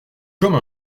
comme